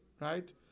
right